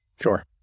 Sure